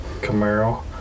Camaro